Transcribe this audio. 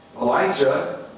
Elijah